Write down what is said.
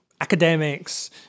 academics